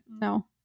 No